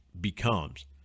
becomes